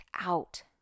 out